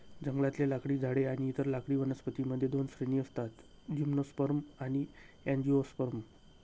जंगलातले लाकडी झाडे आणि इतर लाकडी वनस्पतीं मध्ये दोन श्रेणी असतातः जिम्नोस्पर्म आणि अँजिओस्पर्म